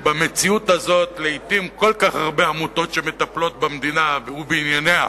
שהמציאות הזאת שלעתים כל כך הרבה עמותות מטפלות במדינה ובענייניה